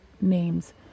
names